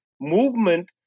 movement